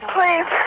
Please